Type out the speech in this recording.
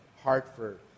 Hartford